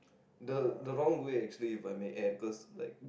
the the wrong way actually if I may add because like